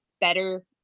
better